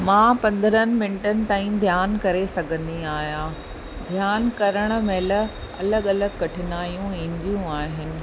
मां पंद्रनि मिंटनि ताईं ध्यानु करे सघंदी आहियां ध्यानु करण महिल अलॻि अलॻि कठिनायूं ईंदियूं आहिनि